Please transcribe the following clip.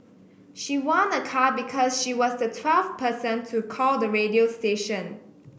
she won a car because she was the twelve person to call the radio station